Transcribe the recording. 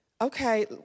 okay